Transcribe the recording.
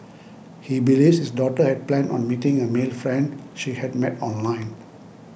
he believes his daughter had planned on meeting a male friend she had met online